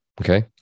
okay